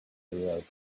throughout